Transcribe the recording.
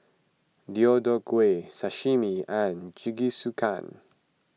Deodeok Gui Sashimi and Jingisukan